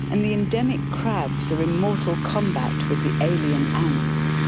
and the endemic crabs are in mortal combat with the alien ants,